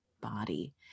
body